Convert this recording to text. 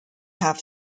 have